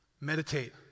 Meditate